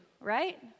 right